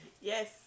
yes